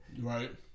Right